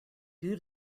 due